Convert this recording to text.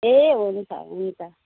ए हुन्छ हुन्छ